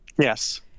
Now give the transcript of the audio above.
Yes